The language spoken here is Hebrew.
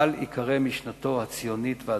על עיקרי משנתו הציונית והדתית.